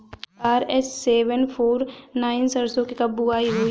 RH seven four nine सरसो के कब बुआई होई?